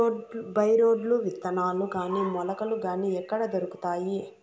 By రోడ్లు విత్తనాలు గాని మొలకలు గాని ఎక్కడ దొరుకుతాయి?